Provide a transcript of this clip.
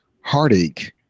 heartache